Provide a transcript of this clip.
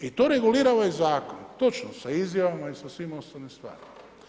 I to regulira ovaj zakon, točno sa izjavama i sa svim ostalim stvarima.